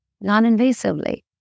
non-invasively